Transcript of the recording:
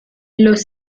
los